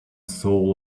soul